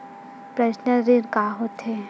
Personal ऋण का होथे?